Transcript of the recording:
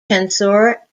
tensor